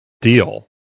deal